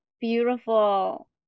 beautiful